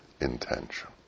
intention